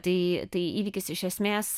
tai tai įvykis iš esmės